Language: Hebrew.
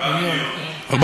4